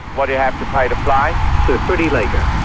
what you have to pay to fly. sir freddie laker,